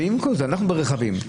ברכבים,